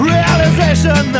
Realization